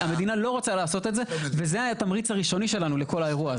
המדינה לא רוצה לעשות את זה וזה התמריץ הראשוני שלנו לכל האירוע.